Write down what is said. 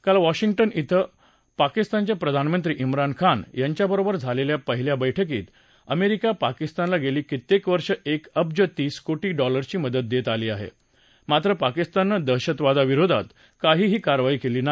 काल वॅशिंग्टन क्वे पाकिस्तानचे प्रधानमंत्री ब्रान खान यांच्याबरोबर झालेल्या पहिल्या बैठकीत अमेरिका पाकिस्तानला गेली कित्येक वर्ष एक अब्ज तीस कोटी डॉलर्सची मदत देत आली आहे मात्र पाकिस्ताननं दहशतवादाविरोधात काहीही कारवाई केली नाही